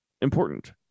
important